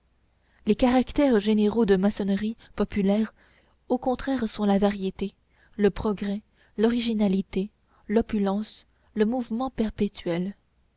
les caractères généraux des maçonneries populaires au contraire sont la variété le progrès l'originalité l'opulence le mouvement perpétuel